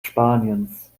spaniens